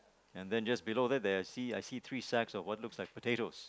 and then just below that there see I see three sacks of what looks like potato